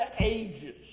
ages